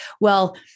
Well-